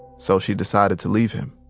so she decided to leave him.